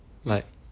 like